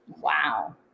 Wow